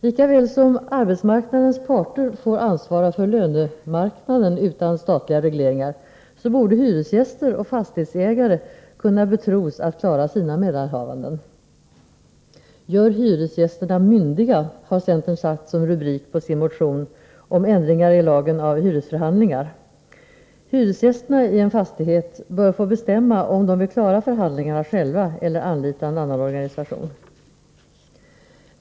Lika väl som arbetsmarknadens parter får ansvara för lönemarknaden utan statliga regleringar, borde hyresgäster och fastighetsägare kunna betros att klara sina mellanhavanden. ”Gör hyresgästerna myndiga” har centern satt som rubrik på sin motion om ändringar i lagen om hyresförhandlingar. Hyresgästerna i en fastighet bör få bestämma om de vill klara förhandlingarna själva eller anlita en organisation.